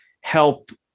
help